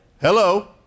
Hello